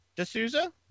D'Souza